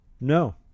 No